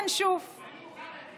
בואו נראה.) אני מוכן,